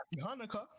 Hanukkah